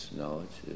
knowledge